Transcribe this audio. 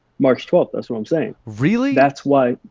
march twelve, that's what i'm saying. really? that's why,